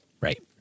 Right